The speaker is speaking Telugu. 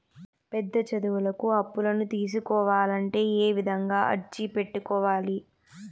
పెద్ద చదువులకు అప్పులను తీసుకోవాలంటే ఏ విధంగా అర్జీ పెట్టుకోవాలి?